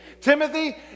Timothy